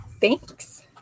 Thanks